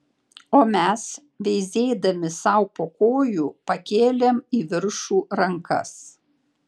o mes veizėdami sau po kojų pakėlėm į viršų rankas